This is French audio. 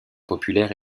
populaire